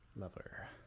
lover